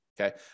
okay